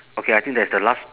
okay I think that is the last